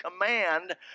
command